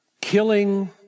Killing